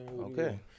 Okay